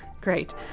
Great